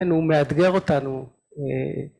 כן, הוא מאתגר אותנו